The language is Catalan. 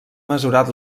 mesurat